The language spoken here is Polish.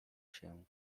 się